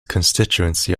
constituency